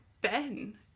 Ben